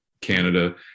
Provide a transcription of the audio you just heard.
Canada